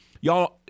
y'all